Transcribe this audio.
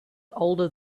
older